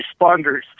responders